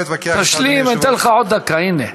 אני לא אתווכח אתך, אדוני היושב-ראש.